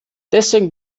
deswegen